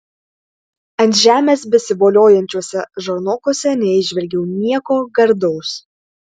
ant žemės besivoliojančiuose žarnokuose neįžvelgiau nieko gardaus